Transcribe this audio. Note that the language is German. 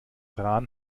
rahn